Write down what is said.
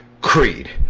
Creed